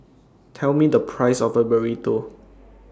Tell Me The Price of Burrito